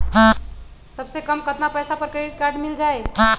सबसे कम कतना पैसा पर क्रेडिट काड मिल जाई?